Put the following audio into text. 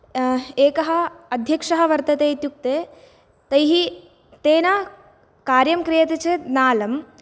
एकः अध्यक्षः वर्तते इत्युक्ते तैः तेन कार्यं क्रियते चेत् नालम्